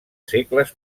segles